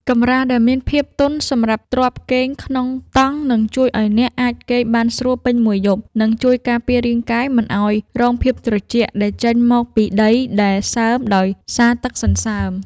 កម្រាលដែលមានភាពទន់សម្រាប់ទ្រាប់គេងក្នុងតង់នឹងជួយឱ្យអ្នកអាចគេងបានស្រួលពេញមួយយប់ និង ជួយការពាររាងកាយមិនឱ្យរងភាពត្រជាក់ដែលចេញមកពីដីដែលសើមដោយសារទឹកសន្សើម។